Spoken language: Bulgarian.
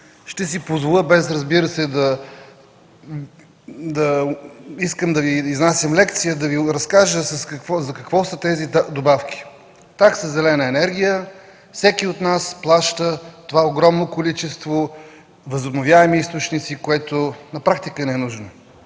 Ще си позволя, без, разбира се, да искам да Ви изнасям лекция, да Ви разкажа за какво са тези добавки. Такса „зелена енергия” – всеки от нас плаща това огромно количество възобновяеми източници, което на практика е ненужно.